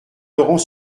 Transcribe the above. laurent